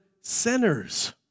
sinners